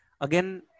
Again